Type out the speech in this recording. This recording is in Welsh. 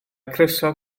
crysau